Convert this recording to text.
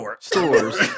stores